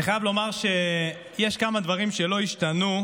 אני חייב לומר שיש כמה דברים שלא השתנו,